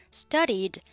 studied